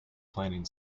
planning